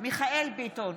מיכאל מרדכי ביטון,